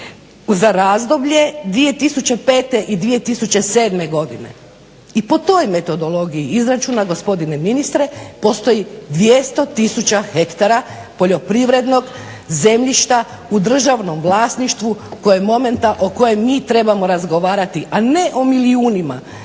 za razdoblje 2005. i 2007. godine. I po toj metodologiji izračuna gospodine ministre postoji 200 tisuća hektara poljoprivrednog zemljišta u državnom vlasništvu koje je momentalno, o kojem mi trebamo razgovarati, a ne o milijunima.